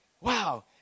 wow